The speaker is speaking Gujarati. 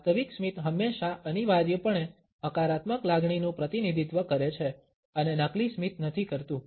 વાસ્તવિક સ્મિત હંમેશા અનિવાર્યપણે હકારાત્મક લાગણીનું પ્રતિનિધિત્વ કરે છે અને નકલી સ્મિત નથી કરતું